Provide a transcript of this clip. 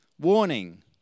warning